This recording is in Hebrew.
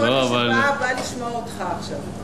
אבל כל מי שבא, בא לשמוע אותך עכשיו.